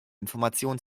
informationen